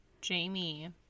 Jamie